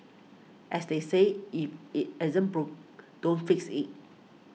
as they say if it ain't broke don't fix it